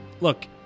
Look